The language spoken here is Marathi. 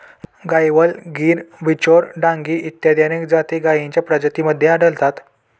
गायवळ, गीर, बिचौर, डांगी इत्यादी अनेक जाती गायींच्या प्रजातींमध्ये आढळतात